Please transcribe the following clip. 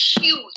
huge